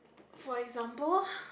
for example